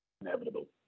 inevitable